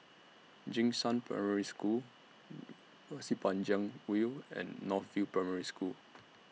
Jing Shan Primary School Pasir Panjang View and North View Primary School